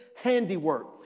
handiwork